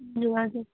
ज्यू हजुर